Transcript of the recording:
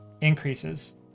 increases